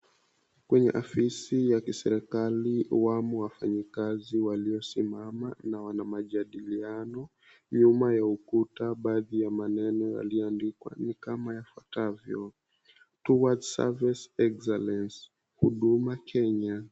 Kwenye ofisi ya kiserikali, wamo wafanyakazi waliosimama na wana majadiliano. Nyuma ya ukuta baadhi ya maneno yaliyoandikwa ni kama yafuatayo, "Towards service excellence Huduma Kenya."